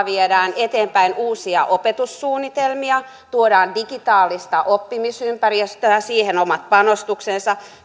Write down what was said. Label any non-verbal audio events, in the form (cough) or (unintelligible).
(unintelligible) viedään eteenpäin uusia opetussuunnitelmia tuodaan digitaalista oppimisympäristöä siihen on omat panostuksensa